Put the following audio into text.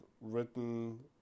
written